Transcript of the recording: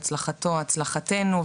הצלחתו הצלחתנו.